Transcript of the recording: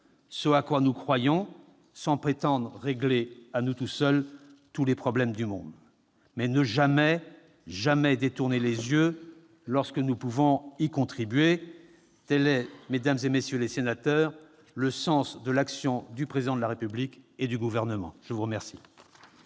ce à quoi nous croyons, sans prétendre régler à nous seuls tous les problèmes du monde, mais ne jamais, jamais détourner les yeux lorsque nous pouvons y contribuer : tel est, mesdames, messieurs les sénateurs, le sens de l'action du Président de la République et du Gouvernement. Acte